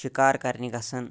شِکار کرنہِ گژھان